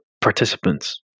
participants